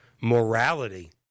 morality